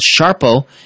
Sharpo